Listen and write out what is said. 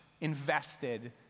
invested